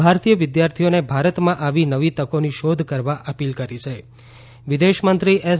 ભારતીય વિદ્યાર્થીઓને ભારતમાં આવી નવી તકોની શોધ કરવા અપીલ કરી છે વિદેશમંત્રી એસ